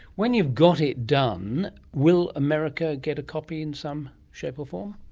when you've got it done, will america get a copy in some shape or form?